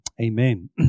amen